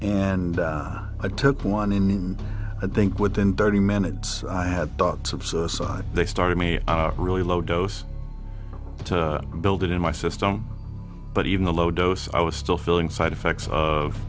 and i took one and i think within thirty minutes i had thoughts of suicide they started me really low dose to build it in my system but even the low dose i was still feeling side effects of